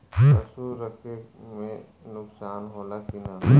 पशु रखे मे नुकसान होला कि न?